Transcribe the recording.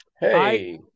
Hey